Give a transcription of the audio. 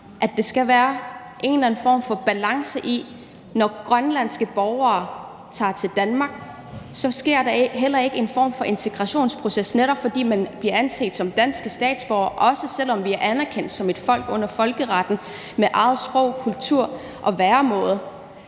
at der skal være en eller anden form for balance. Når grønlandske borgere tager til Danmark, sker der heller ikke en form for integrationsproces, netop fordi man bliver anset som danske statsborgere, også selv om vi under folkeretten er anerkendt som et folk med eget sprog og egen kultur og væremåde.